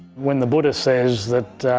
when the buddha says that